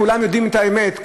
כולם יודעים את האמת,